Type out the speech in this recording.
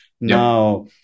Now